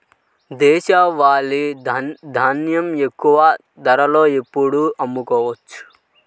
దేశవాలి ధాన్యం ఎక్కువ ధరలో ఎప్పుడు అమ్ముకోవచ్చు?